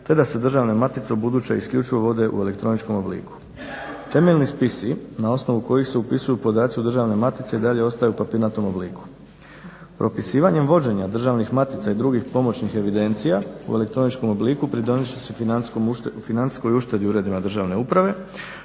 te da se državne matice ubuduće isključivo vode u elektroničkom obliku. Temeljni spisi na osnovu kojih se upisuju podaci u državne matice i dalje ostaju u papirnatom obliku. Propisivanjem vođenja državnih matica i drugih pomoćnih evidencija u elektroničkom obliku pridonijet će se financijskoj uštedi u uredima Državne uprave